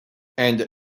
and